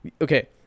okay